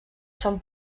són